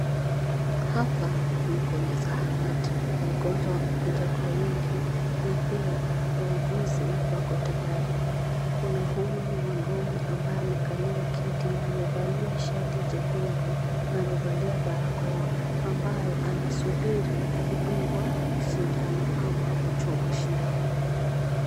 Hapa ninkwenye zahanati. Wagonjwa wamekuja kwa wingi na pia wauguzi wako tayari. Kuna huyu mwanaume ambaye amekalia kiti amevalia shati jekundu na amevalia barakoa ambaye anasubiri kudungwa sindano ama kuchomwa sindano.